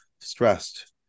stressed